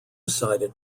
sided